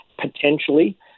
potentially